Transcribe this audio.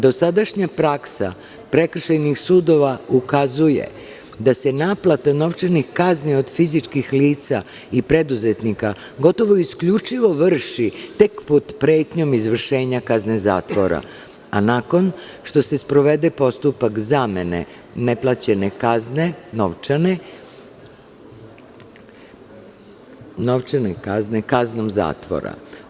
Dosadašnja praksa prekršajnih sudova ukazuje da se naplata novčanih kazni od fizičkih lica i preduzetnika gotovo isključivo vrši tek pod pretnjom izvršenja kazne zatvora, a nakon što se sprovede postupak zamene neplaćene novčane kazne, kaznom zatvora.